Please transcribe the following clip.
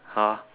!huh!